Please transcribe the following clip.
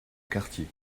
quartier